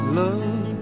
love